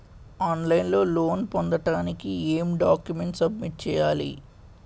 On line లో loan పొందటానికి ఎం డాక్యుమెంట్స్ సబ్మిట్ చేయాలి?